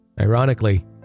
Ironically